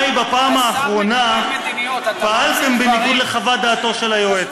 מתי בפעם האחרונה פעלתם בניגוד לחוות דעתו של היועץ?